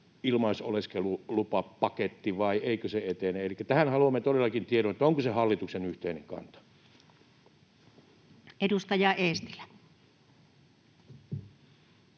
ilmaisoleskelulupapaketti, vai eikö se etene? Elikkä tähän haluamme todellakin tiedon, onko se hallituksen yhteinen kanta. [Speech